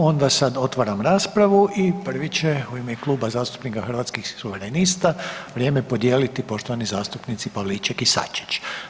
Onda sad otvaram raspravu i prvi će u ime Kluba zastupnika Hrvatskih suverenista vrijeme podijeliti poštovani zastupnici Pavliček i Sačić.